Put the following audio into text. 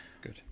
Good